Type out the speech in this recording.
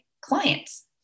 clients